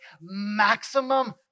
maximum